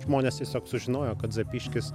žmonės tiesiog sužinojo kad zapyškis